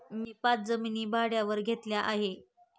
मी पाच जमिनी भाड्यावर घेतल्या आहे